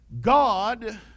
God